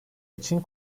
için